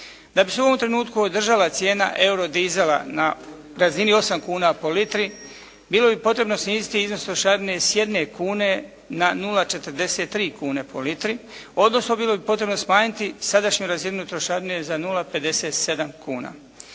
Da bi se u ovom trenutku održala cijena eurodizela na razini 8 kuna po litri, bilo bi potrebno sniziti iznos trošarine sa jedne kune na 0,43 kune po litri. Odnosno bilo bi potrebno smanjiti sadašnju razinu trošarine za 0,57 kuna.